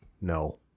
No